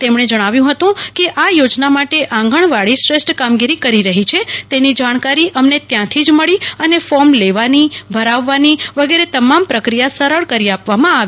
તેમણે જણાવ્યું હતું કે આ યોજના માટે આંગણવાડી શ્રેષ્ઠ કામગીરી કરી રહી છે તેની જાણકારી અમને ત્યાંથી જ મળી અને ફોર્મ લેવાની ભરાવવાની વગેરે તમામ પ્રક્રિયા સરળ કરી આપવામાં આવી